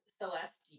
Celeste